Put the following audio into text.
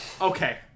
okay